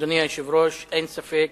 אדוני היושב-ראש, אין ספק